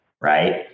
right